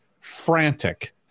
frantic